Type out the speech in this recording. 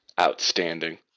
Outstanding